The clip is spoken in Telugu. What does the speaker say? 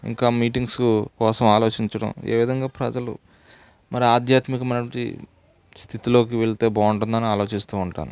ఇంకా మీటింగ్సు కోసం ఆలోచించడం ఏ విధంగా ప్రజలు మరి ఆధ్యాత్మికమైనటి స్థితిలోకి వెళ్తే బాగుంటుందని ఆలోచిస్తూ ఉంటాను